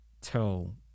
tell